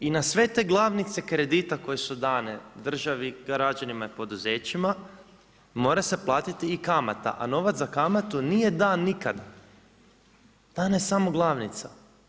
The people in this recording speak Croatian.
I na sve te glavnice kredita koje su dane državi, građanima i poduzećima mora se platiti i kamata a novac za kamatu nije dan nikada, dana je samo glavnica.